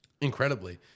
Incredibly